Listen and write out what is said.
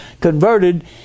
converted